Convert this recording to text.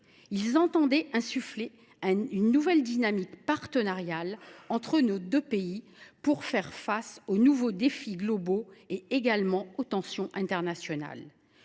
Ils entendaient insuffler une nouvelle dynamique partenariale entre nos deux pays, afin de faire face ensemble aux nouveaux défis globaux et aux tensions internationales.